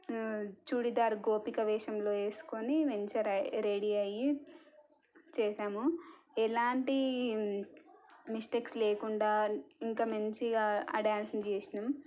చుడీదార్ గోపిక వేషంలో వేసుకొని మంచిగా రెడీ అవి చేసాము ఎలాంటి మిస్టేక్స్ లేకుండా ఇంకా మంచిగా ఆ డ్యాన్స్ని చేసాము